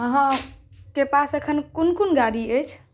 अहाँके पास एखन कोन कोन गाड़ी अछि